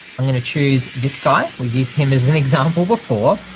i'm gonna choose this guy, we've used him as an example before,